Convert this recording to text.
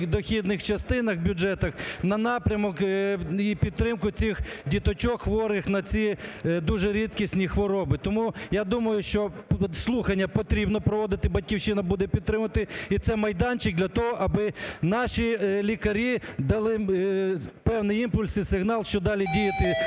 дохідних частинах бюджетів на напрямок і підтримку цих діточок, хворих на ці, дуже рідкісні, хвороби. Тому я думаю, що слухання потрібно проводити. "Батьківщина" буде підтримувати. І це майданчик для того, аби наші лікарі дали певний імпульс і сигнал, що далі діяти